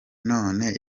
none